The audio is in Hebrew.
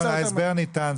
ההסבר ניתן.